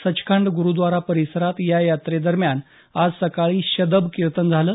सचखंड गुरूव्दारा परिसरात या यात्रेदरम्यान आज सकाळी शबद कीर्तन झालं